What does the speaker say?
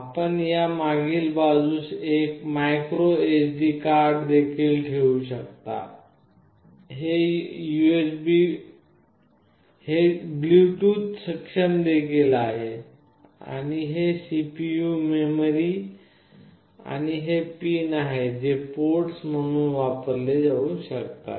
आपण या मागील बाजूस एक मायक्रो एसडी देखील ठेवू शकता हे ब्लूटूथ सक्षम देखील आहे आणि हे CPU मेमरी आणि हे पिन आहेत जे पोर्ट्स म्हणून वापरले जाऊ शकतात